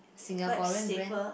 Singaporean brand